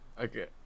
Okay